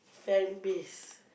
fanbase